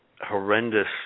horrendous